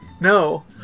no